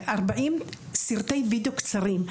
ארבעים סרטי וידאו קצרים,